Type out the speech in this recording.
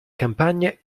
campagne